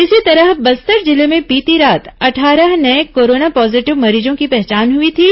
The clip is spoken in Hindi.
इसी तरह बस्तर जिले में बीती रात अट्ठारह नये कोरोना पॉजीटिव मरीजों की पहचान हुई थी